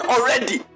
Already